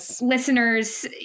listeners